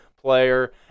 player